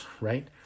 right